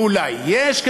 ואולי יש,